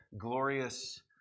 glorious